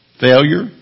Failure